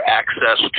access